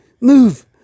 move